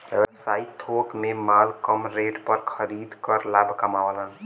व्यवसायी थोक में माल कम रेट पर खरीद कर लाभ कमावलन